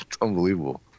unbelievable